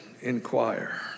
inquire